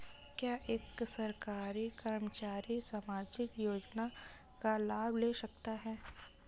क्या एक सरकारी कर्मचारी सामाजिक योजना का लाभ ले सकता है?